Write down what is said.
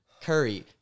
Curry